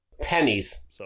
Pennies